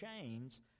chains